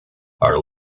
our